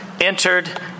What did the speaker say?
entered